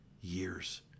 years